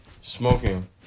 smoking